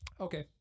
Okay